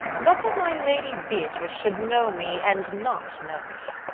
but, that my lady beatrice should know me, and not know me!